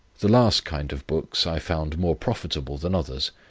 the last kind of books i found more profitable than others,